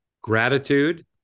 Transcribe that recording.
gratitude